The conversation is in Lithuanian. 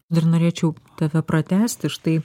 dar norėčiau tave pratęsti štai